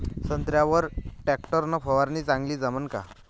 संत्र्यावर वर टॅक्टर न फवारनी चांगली जमन का?